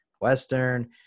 Western